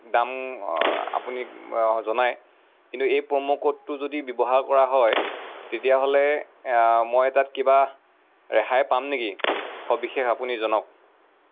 দাম আপুনি জনায় কিন্তু এই প্ৰ'মো কোডটো যদি ব্যৱহাৰ কৰা হয় তেতিয়াহ'লে মই তাত কিবা ৰেহাই পাম নেকি সবিশেষ আপুনি জনাওক